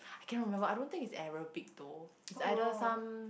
I cannot remember I don't think is error big though is either some